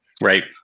Right